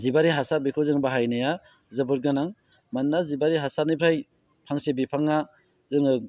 जिबआरि हासार बेखौ जोङो बाहायनाया जोबोर गोनां मानोना जिबआरि हासारनिफ्राय फांसे बिफाङा जोङो